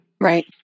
Right